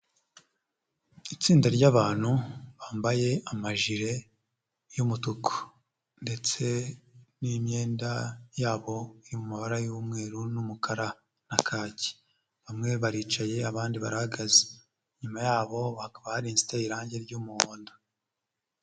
Itsinda ry'abantu bambaye amajire y'umutuku ndetse n'imyenda yabo iri mu mabara y'umweru n'umukara na kaki, bamwe baricaye abandi bahagaze, inyuma yabo bakaba hari irangi ry'umuhondo.